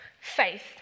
faith